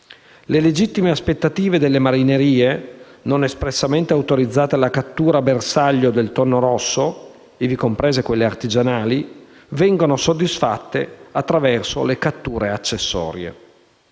Le legittime aspettative delle marinerie non espressamente autorizzate alla cattura bersaglio del tonno rosso (ivi comprese quelle artigianali), vengono soddisfatte attraverso le catture accessorie.